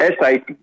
SIT